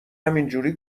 همینجوری